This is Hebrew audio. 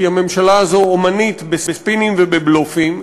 כי הממשלה הזאת אמנית בספינים ובבלופים.